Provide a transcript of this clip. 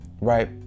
right